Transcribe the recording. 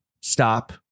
stop